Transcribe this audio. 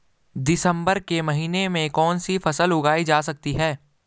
दिसम्बर के महीने में कौन सी फसल उगाई जा सकती है?